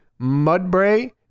Mudbray